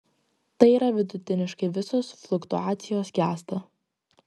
tai yra vidutiniškai visos fluktuacijos gęsta